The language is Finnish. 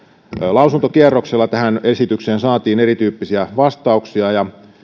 lausuntokierroksella tähän esitykseen saatiin erityyppisiä vastauksia ja